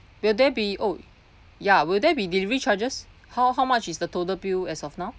will there be oh ya will there be delivery charges how how much is the total bill as of now